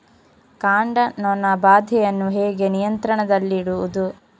ಕಾಂಡ ನೊಣ ಬಾಧೆಯನ್ನು ಹೇಗೆ ನಿಯಂತ್ರಣದಲ್ಲಿಡುವುದು?